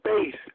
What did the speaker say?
space